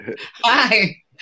Hi